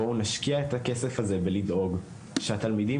בואו נשקיע את הכסף הזה בדאגה לתלמידים